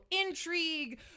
intrigue